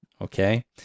Okay